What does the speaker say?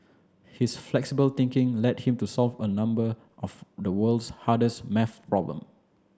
his flexible thinking led him to solve a number of the world's hardest maths problem